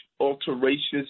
alterations